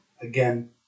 Again